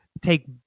take